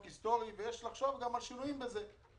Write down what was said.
היסטורי ויש לחשוב גם על שינויים לזה.